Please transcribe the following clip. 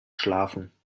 schlafen